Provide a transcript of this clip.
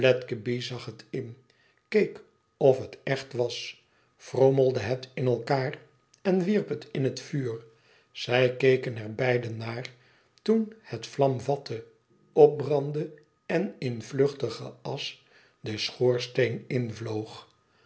het in keek of het echt was frommelde het in elkaar en wierp het in het vuur zij keken er beiden naar toen het vlam vatte opbrandde en in vuchtige asch den schoorsteen invloog